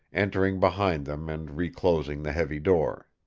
entering behind them and reclosing the heavy door.